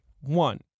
One